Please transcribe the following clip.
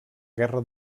guerra